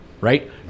right